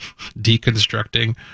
deconstructing